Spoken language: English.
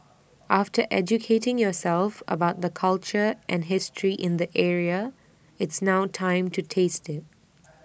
after educating yourself about the culture and history in the area it's now time to taste IT